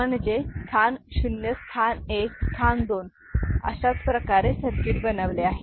म्हणजे स्थान शून्य स्थान एक स्थान दोन अशाच प्रकारे सर्किट बनविले आहे